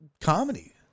comedy